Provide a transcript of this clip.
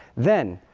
then,